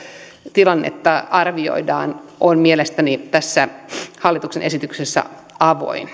tilannetta arvioidaan on mielestäni tässä hallituksen esityksessä avoin